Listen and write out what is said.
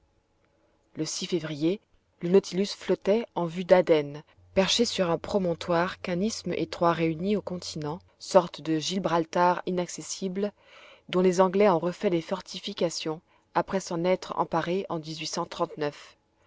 le février le nautilus flottait en vue d'aden perché sur un promontoire qu'un isthme étroit réunit au continent sorte de gibraltar inaccessible dont les anglais ont refait les fortifications après s'en être emparés en